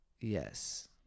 Yes